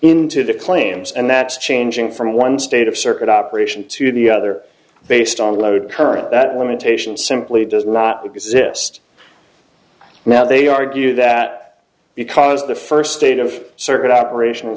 into the claims and that changing from one state of circuit operation to the other based on load current that limitation simply does not exist now they argue that because the first state of circuit operation